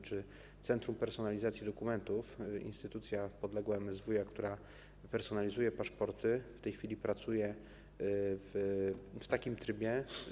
Centrum Personalizacji Dokumentów, instytucja podległa MSWiA, która personalizuje paszporty, w tej chwili pracuje w takim trybie.